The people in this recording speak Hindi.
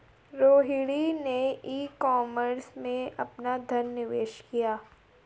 रोहिणी ने ई कॉमर्स में अपना धन निवेश किया